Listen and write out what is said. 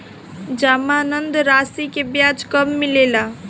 जमानद राशी के ब्याज कब मिले ला?